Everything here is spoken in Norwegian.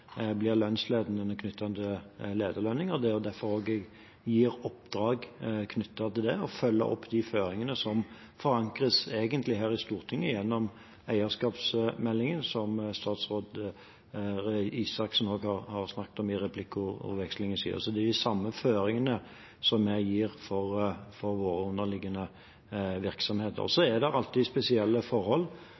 blir lønnsledende når det gjelder lederlønninger. Det er også derfor jeg gir oppdrag om å følge opp de føringene som egentlig forankres her i Stortinget gjennom eierskapsmeldingen, som statsråd Røe Isaksen også snakket om i sin replikkordveksling. Det er de samme føringene jeg gir til våre underliggende virksomheter. Så er det alltid spesielle forhold